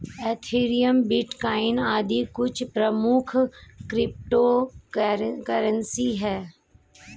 Ethereum, bitcoin आदि कुछ प्रमुख क्रिप्टो करेंसी है